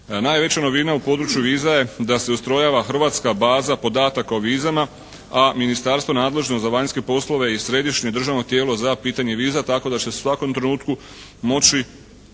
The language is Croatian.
Najveća novina u području viza je da se ustrojava hrvatska baza podataka o vizama, a ministarstvo nadležno za vanjske poslove i središnje državno tijelo za pitanje viza tako da će u svakom trenutku moći